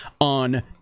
on